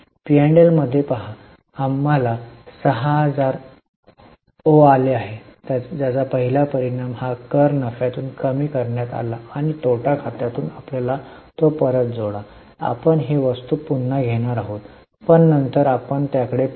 P आणि L मध्ये पहा आम्हाला 6000 ओ आले ज्याचा पहिला परिणाम हा कर नफ्यातून कमी करण्यात आला आणि तोटा खात्यातून आपण तो परत जोडू आपण ही वस्तू पुन्हा घेणार आहोत पण नंतर आपण त्याकडे पाहू